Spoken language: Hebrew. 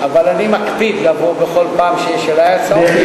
אבל אני מקפיד לבוא בכל פעם שיש אלי הצעה.